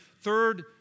third